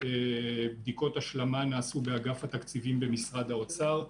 ובדיקות השלמה נעשו באגף התקציבים במשרד האוצר.